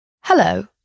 Hello